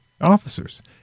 officers